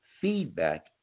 feedback